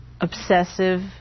Obsessive